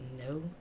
No